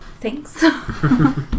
Thanks